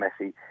Messi